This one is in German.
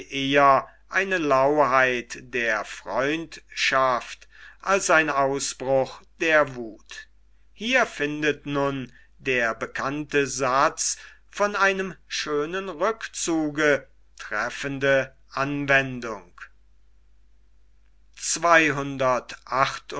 eher eine lauheit der freundschaft als ein ausbruch der wuth hier findet nun der bekannte satz von einem schönen rückzuge treffende anwendung